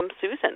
Susan